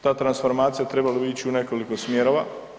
Ta transformacija trebala bi ić u nekoliko smjerova.